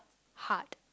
hard